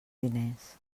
diners